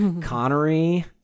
Connery